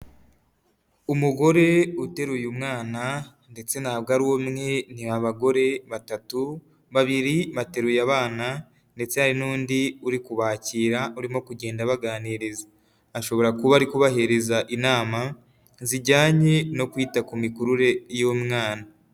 Umugore uteruye mwana ndetse ntabwo ari umwe ni abagore batatu, babiri bateruye abana ndetse hari n'undi uri kubakira, urimo kugenda baganiriza, ashobora kuba ari kubahiriza inama zijyanye no kwita ku mikurire y'umwana.